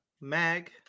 Mag